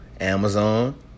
Amazon